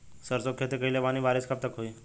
सरसों के खेती कईले बानी बारिश कब तक होई?